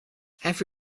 have